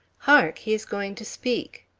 hark! he is going to speak.